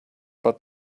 but